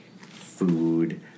food